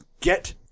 get